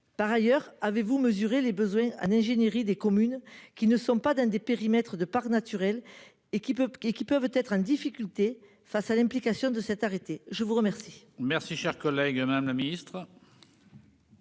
Par ailleurs, avez-vous mesuré les besoins en ingénierie des communes qui ne sont pas dans des périmètres de parcs naturel et qui peut qui qui peuvent être en difficulté face à l'implication de cet arrêté. Je vous remercie.